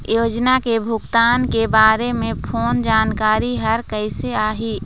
योजना के भुगतान के बारे मे फोन जानकारी हर कइसे आही?